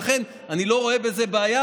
ולכן אני לא רואה בזה בעיה,